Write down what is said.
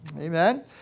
Amen